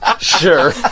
Sure